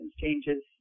changes